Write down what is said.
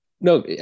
No